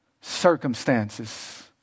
circumstances